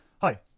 Hi